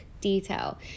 detail